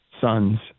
sons